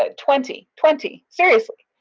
ah twenty, twenty, seriously.